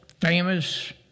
famous